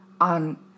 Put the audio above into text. on